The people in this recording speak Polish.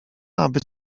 aby